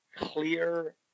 clear